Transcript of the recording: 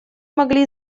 могли